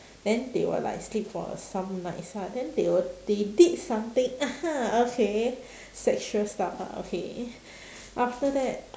then they were like sleep for some nights lah then they w~ they did something ah ha okay sexual stuff lah okay after that